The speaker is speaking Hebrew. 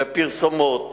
בפרסומות